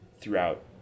throughout